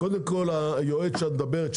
קודם כל היועץ שאת מדברת עליו,